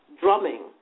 drumming